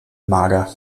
mager